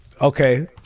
Okay